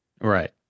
Right